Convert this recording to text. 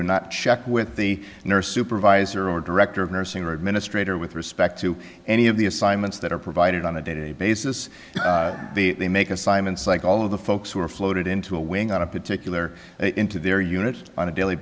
do not check with the nurse supervisor or director of nursing or administrator with respect to any of the assignments that are provided on a day to day basis they make assignments like all of the folks who are floated into a wing at a particular into their unit on a daily